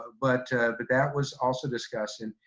but but that was also discussed, and